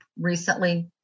recently